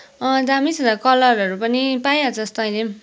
अँ दामी छ त कलरहरू पनि पाइहाल्छस् तैँले पनि